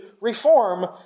reform